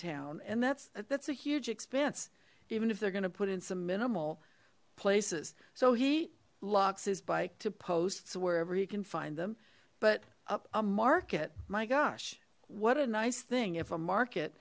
town and that's that's a huge expense even if they're gonna put in some minimal places so he locks his bike to posts wherever he can find them but a market my gosh what a nice thing if a market